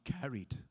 carried